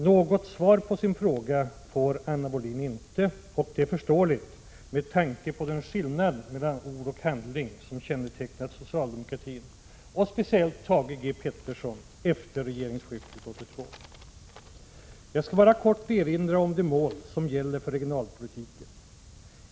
Något svar på sin fråga har Anna Wohlin-Andersson inte fått, och det är förståeligt med tanke på den skillnad mellan ord och handling som kännetecknat socialdemokratin och speciellt Thage G. Peterson efter regeringsskiftet 1982. Jag skall bara kort erinra om de mål som gäller regionalpolitiken.